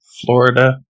Florida